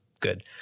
good